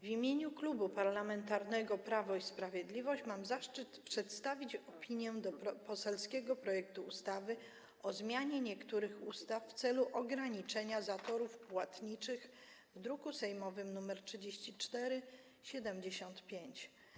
W imieniu Klubu Parlamentarnego Prawo i Sprawiedliwość mam zaszczyt przedstawić opinię dotyczącą rządowego projektu ustawy o zmianie niektórych ustaw w celu ograniczenia zatorów płatniczych, druk sejmowy nr 3475.